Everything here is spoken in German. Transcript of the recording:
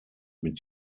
mit